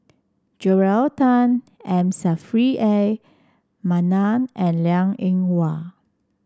Joel Tan M Saffri A Manaf and Liang Eng Hwa